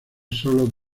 solo